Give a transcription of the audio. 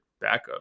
backup